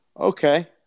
Okay